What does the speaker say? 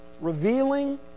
revealing